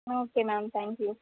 okay ma'am thank you